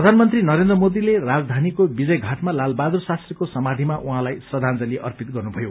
प्रधानमन्त्री नरेन्द्र मोदीले राजधानीको विजय घाटमा लालबहादुर शास्त्रीको समाधिमा उहाँलाई श्रद्वांजलि अर्पित गर्नुभयो